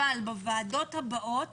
אבל בישיבות הבאות